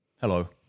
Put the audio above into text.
Hello